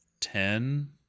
ten